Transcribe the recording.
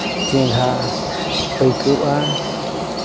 ᱪᱮᱸᱜᱷᱟ ᱟᱹᱭᱠᱟᱹᱣᱚᱜᱼᱟ